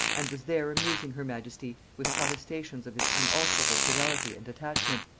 and was there amusing her majesty with protestations of his unalterable fidelity and attachment,